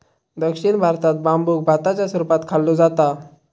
दक्षिण भारतात बांबुक भाताच्या स्वरूपात खाल्लो जाता